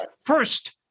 first